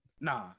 Nah